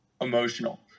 emotional